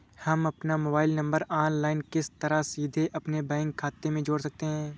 हम अपना mobile number online किस तरह सीधे अपने खाते में जोड़ सकते हैं?